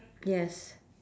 yes